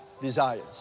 desires